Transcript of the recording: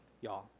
y'all